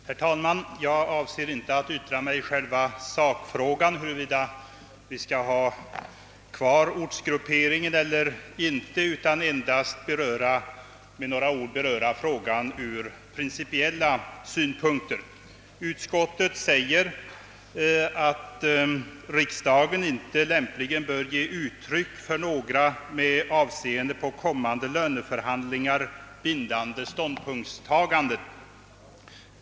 Herr talman! Jag avser inte att yttra mig i själva sakfrågan huruvida vi skall ha kvar ortsgrupperingen eller inte, utan endast att med några ord beröra frågan ur principiella synpunkter. Utskottet säger, att »riksdagen inte lämpligen bör ge uttryck för några med avseende på kommande löneförhandlingar bindande ståndpunktstaganden».